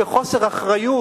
בחוסר אחריות,